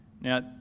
now